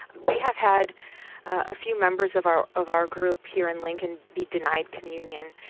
we have had a few members of our of our group here in lincoln be denied communion,